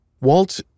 Walt